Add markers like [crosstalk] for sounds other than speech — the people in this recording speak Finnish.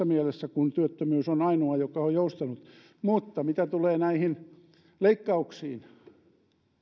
[unintelligible] mielessä kun työttömyys on ainoa joka on joustanut mitä tulee näihin leikkauksiin